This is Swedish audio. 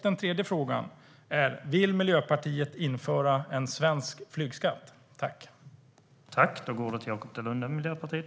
Den tredje är: Vill Miljöpartiet införa en svensk flygskatt?